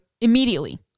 immediately